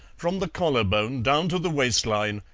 from the collar-bone down to the waistline,